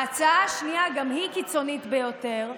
ההצעה השנייה, גם היא קיצונית ביותר,